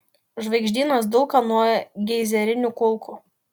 žvaigždynas dulka nuo geizerinių kulkų